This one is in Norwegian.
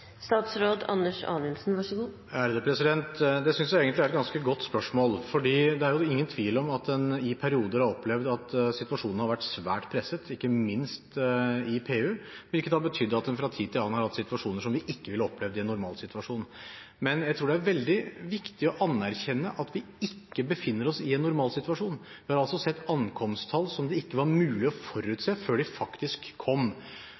Det synes jeg egentlig er et ganske godt spørsmål, fordi det er jo ingen tvil om at en i perioder har opplevd at situasjonen har vært svært presset, ikke minst i PU, hvilket har betydd at en fra tid til annen har hatt situasjoner som vi ikke ville ha opplevd i en normalsituasjon. Men jeg tror det er veldig viktig å anerkjenne at vi ikke befinner oss i en normalsituasjon. Vi har sett ankomsttall som det ikke var mulig å forutse før de faktisk kom.